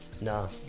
No